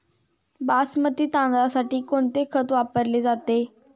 बासमती तांदळासाठी कोणते खत वापरले जाते?